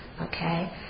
okay